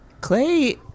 Clay